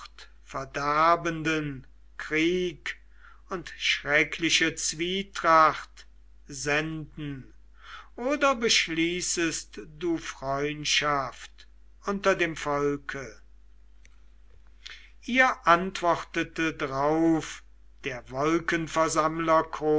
verderbenden krieg und schreckliche zwietracht senden oder beschließest du freundschaft unter dem volke ihr antwortete drauf der